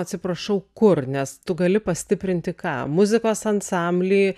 atsiprašau kur nes tu gali pastiprinti ką muzikos ansamblį